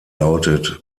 lautet